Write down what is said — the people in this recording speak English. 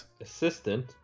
Assistant